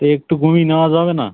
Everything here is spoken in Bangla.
একটু কমিয়ে নেওয়া যাবে না